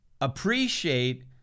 appreciate